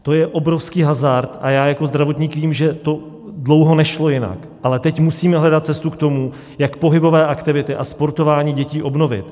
To je obrovský hazard a já jako zdravotník vím, že to dlouho nešlo jinak, ale teď musíme hledat cestu k tomu, jak pohybové aktivity a sportování dětí obnovit.